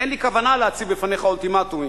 אין לי כוונה להציב בפניך אולטימטומים,